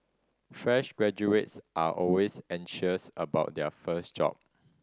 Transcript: fresh graduates are always anxious about their first job